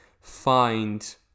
find